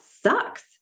sucks